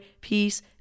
peace